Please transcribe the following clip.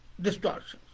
distortions